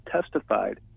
testified